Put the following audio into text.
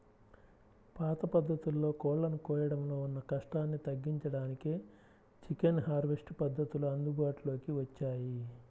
పాత పద్ధతుల్లో కోళ్ళను కోయడంలో ఉన్న కష్టాన్ని తగ్గించడానికే చికెన్ హార్వెస్ట్ పద్ధతులు అందుబాటులోకి వచ్చాయి